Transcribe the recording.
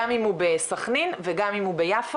גם אם הוא בסכנין וגם אם הוא ביפו?